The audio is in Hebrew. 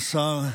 השר,